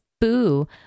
boo